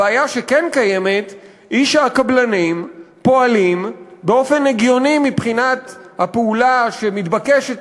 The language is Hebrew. הבעיה שכן קיימת היא שהקבלנים פועלים באופן הגיוני מבחינת הפעולה שמתבקשת